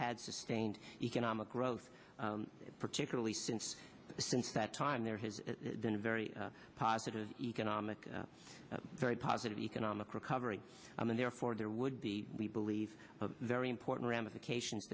had sustained economic growth particularly since since that time there has been a very positive economic very positive economic record and therefore there would be we believe very important ramifications